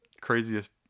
craziest